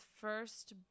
first